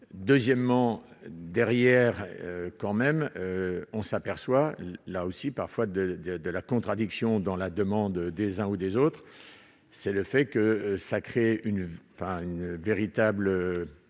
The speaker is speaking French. deuxièmement derrière quand même, on s'aperçoit là aussi parfois de de de la contradiction dans la demande des uns ou des autres, c'est le fait que ça crée une enfin une